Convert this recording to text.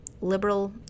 liberal